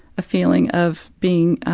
a feeling of being, um,